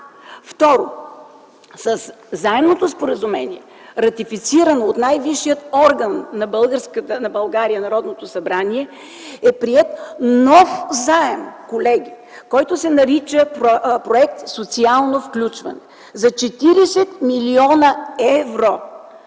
Второ, със заемното споразумение, ратифицирано от най-висшия орган на България – Народното събрание, е приет нов заем, колеги, който се нарича проект „Социално включване”, за 40 млн.евро.